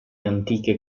antiche